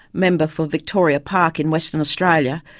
member for victoria park in western australia,